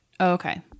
Okay